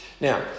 Now